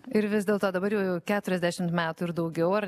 ir vis dėlto dabar jau jau keturiasdešimt metų ir daugiau ar